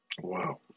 wow